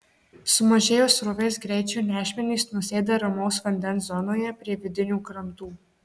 sumažėjus srovės greičiui nešmenys nusėda ramaus vandens zonoje prie vidinių krantų